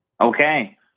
okay